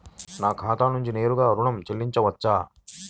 నా ఖాతా నుండి నేరుగా ఋణం చెల్లించవచ్చా?